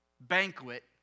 banquet